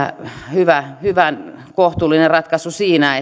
hyvä kohtuullinen ratkaisu siinä